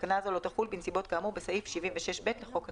תקנה זו לא תחול בנסיבות כאמור בסעיף 76(ב) לחוק הטיס."